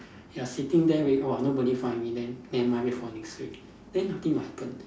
you are sitting there wait orh nobody find me then never mind wait for next week then nothing will happen